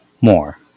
more